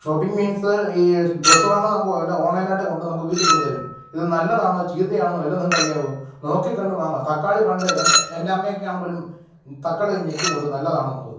shopping means ഈ dress വാങ്ങുന്ന സംഭവമല്ല ഓണ്ലൈനായിട്ട് കൊണ്ട് നമുക്ക് വീട്ടിൽ കൊണ്ട് തരും ഇത് നല്ലതാണോ ചീത്തയാണോന്ന് വല്ലതും നിങ്ങൾക്കറിയാമോ നോക്കി കണ്ട് വാങ്ങുക തക്കാളി പണ്ട് എന് എന്റമ്മെയെക്കെയാണെൽ പോലും തക്കാളി ഒന്ന് ഞെക്കി നോക്കും നല്ലതാണോ എന്നുള്ളത്